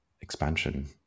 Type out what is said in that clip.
expansion